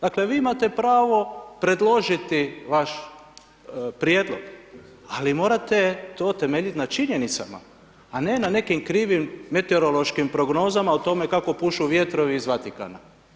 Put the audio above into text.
Dakle, vi imate pravo predložiti vaš prijedlog, ali morate to temeljiti na činjenicama, a ne na nekim krivim meteorološkim prognozama o tome kako pušu vjetrovi iz Vatikana.